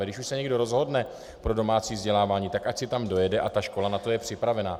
A když už se někdo rozhodne pro domácí vzdělávání, tak ať si tam dojede a ta škola je na to připravená.